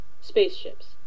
spaceships